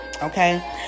Okay